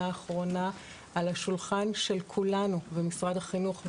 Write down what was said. האחרונה על השולחן של כולנו במשרד החינוך,